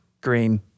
Green